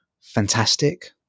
fantastic